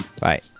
Bye